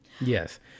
Yes